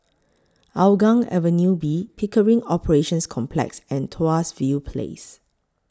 Hougang Avenue B Pickering Operations Complex and Tuas View Place